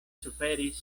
suferis